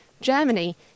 Germany